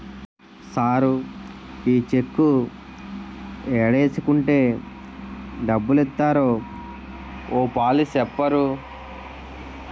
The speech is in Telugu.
సారూ ఈ చెక్కు ఏడేసుకుంటే డబ్బులిత్తారో ఓ పాలి సెప్పరూ